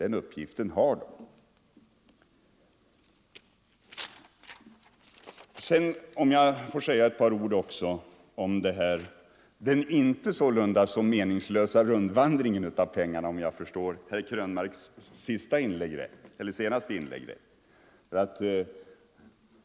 Den uppgiften har utredningen redan. 177 Jag vill säga ett par ord också angående den — om jag förstod herr Krönmarks senaste inlägg rätt — inte så meningslösa rundvandringen av pengarna.